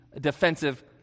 defensive